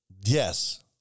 yes